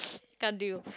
can't do